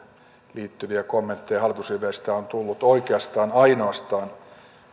liittyviä kommentteja hallituksen riveistä on tullut oikeastaan ainoastaan